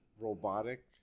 robotic